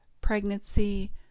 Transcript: pregnancy